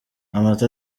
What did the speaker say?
amata